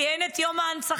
כי אין את יום ההנצחה,